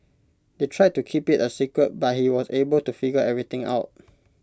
they tried to keep IT A secret but he was able to figure everything out